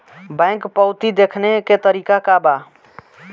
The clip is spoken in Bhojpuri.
बैंक पवती देखने के का तरीका बा?